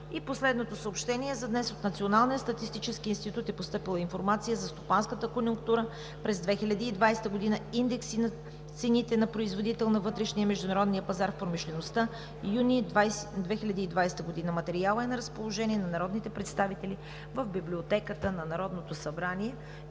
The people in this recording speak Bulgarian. по отбрана. От Националния статистически институт е постъпила информация за: - стопанската конюнктура през юли 2020 г.; - индекси на цените на производител на вътрешния и международния пазар в промишлеността, юни 2020 г. Материалът е на разположение на народните представители в Библиотеката на Народното събрание.